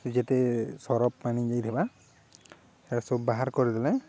ଯେତେ ସରପ ପାନି ନେଇଦେବା ସେ ସବୁ ବାହାର କରିଦେଲେ